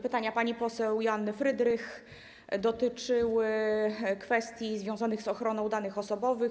Pytania pani poseł Joanny Frydrych dotyczyły kwestii związanych z ochroną danych osobowych.